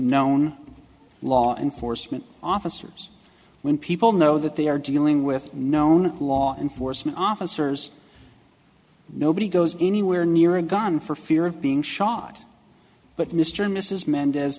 known law enforcement officers when people know that they are dealing with known law enforcement officers nobody goes anywhere near a gun for fear of being shot but mr or mrs mendez